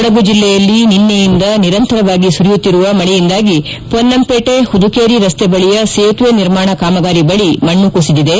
ಕೊಡಗು ಜಿಲ್ಲೆಯಲ್ಲಿ ನಿನ್ನೆಯಿಂದ ನಿರಂತರವಾಗಿ ಸುರಿಯುತ್ತಿರುವ ಮಳೆಯಿಂದಾಗಿ ಪೊನ್ನಂಪೇಟೆ ಹುದುಕೇರಿ ರಸ್ತೆ ಬಳಿಯ ಸೇತುವೆ ನಿರ್ಮಾಣ ಕಾಮಗಾರಿ ಬಳಿ ಮಣ್ಣು ಕುಸಿದಿದೆ